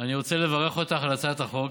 אני רוצה לברך אותך על הצעת החוק.